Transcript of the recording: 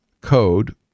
code